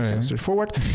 Straightforward